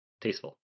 tasteful